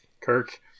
Kirk